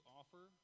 offer